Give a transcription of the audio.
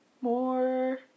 more